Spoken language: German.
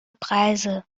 preise